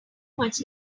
much